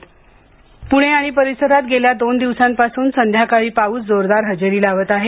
हवामान पुणे आणि परिसरात गेल्या दोन दिवसांपासून संध्याकाळी पाऊस जोरदार हजेरी लावत आहे